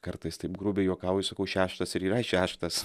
kartais taip grubiai juokauju sakau šeštas ir yra šeštas